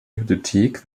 bibliothek